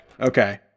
Okay